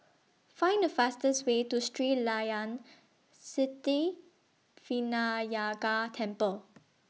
Find The fastest Way to Sri Layan Sithi Vinayagar Temple